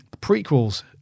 prequels